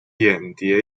眼蝶